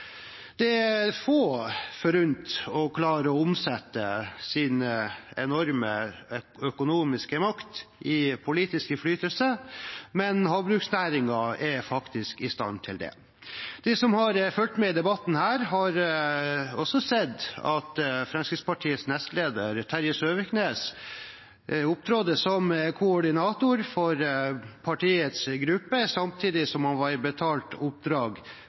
Det er få forunt å klare å omsette sin enorme økonomiske makt i politisk innflytelse, men havbruksnæringen er faktisk i stand til det. De som har fulgt med i debatten, har også sett at Fremskrittspartiets nestleder, Terje Søviknes, opptrådte som koordinator for partiets gruppe samtidig som han var i betalt oppdrag